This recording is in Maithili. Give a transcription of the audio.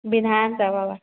विधानसभा बा